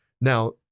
now